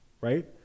right